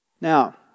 Now